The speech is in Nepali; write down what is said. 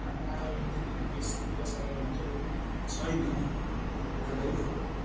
खाने आयुर्वेदिक उपचारहरू त छैन धेरै